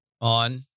on